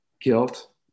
guilt